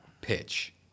pitch